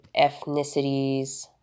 ethnicities